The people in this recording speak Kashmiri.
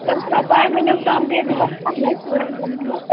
تۄہہِ چھو پاے وٕنِیُک تام گٔیَس بہٕ